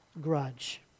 grudge